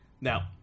Now